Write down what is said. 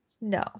No